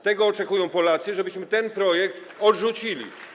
Tego oczekują Polacy: żebyśmy ten projekt odrzucili.